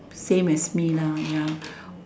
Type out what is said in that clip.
same as me lah ya